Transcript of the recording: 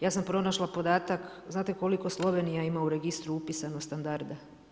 Ja sam pronašla podatak, znate koliko Slovenija ima u registru upisano standarda?